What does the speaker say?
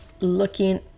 looking